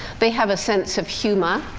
they have a sense of humor,